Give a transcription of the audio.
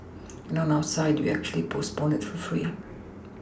and on our side we actually postpone it for free